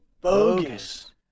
bogus